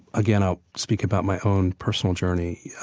again, i'll speak about my own personal journey.